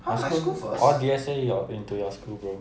my school I want D_S_A into your school bro